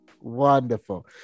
Wonderful